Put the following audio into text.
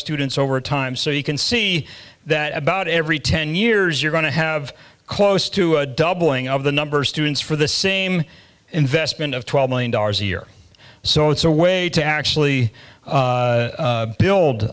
students over time so you can see that about every ten years you're going to have close to a doubling of the number students for the same investment of twelve million dollars a year so it's a way to actually